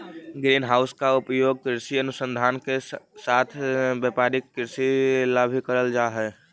green house का उपयोग कृषि अनुसंधान के साथ साथ व्यापारिक कृषि ला भी करल जा हई